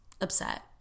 upset